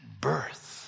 birth